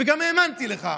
וגם האמנתי לך: